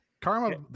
Karma